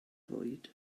fwyd